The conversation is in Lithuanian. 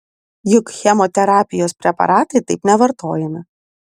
juk chemoterapijos preparatai taip nevartojami